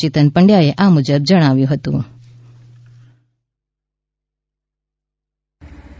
ચેતન પંડ્યાએ આ મુજબ જણાવ્યું હતું કે